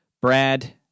Brad